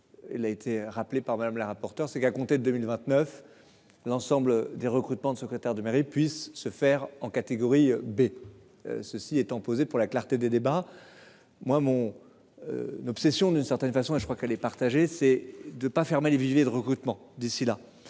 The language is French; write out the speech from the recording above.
Elle a été rappelée par Madame la rapporteure c'est qu'à compter de 2029. L'ensemble des recrutements de secrétaire de mairie puisse se faire en catégorie B. Ceci étant posé, pour la clarté des débats. Moi mon. Obsession d'une certaine façon et je crois qu'elle est partagée, c'est de pas fermer les viviers de recrutement d'ici là